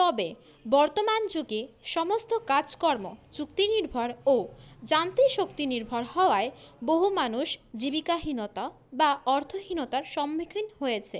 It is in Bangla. তবে বর্তমান যুগে সমস্ত কাজকর্ম চুক্তি নির্ভর ও যান্ত্রিক শক্তি নির্ভর হওয়ায় বহু মানুষ জীবিকাহীনতা বা অর্থহীনতার সম্মুখীন হয়েছে